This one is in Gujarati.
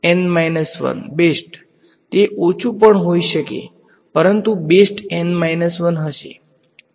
N 1 બેસ્ટ તે ઓછું પણ હોઈ શકે છે પરંતુ બેસ્ટ N 1 હશે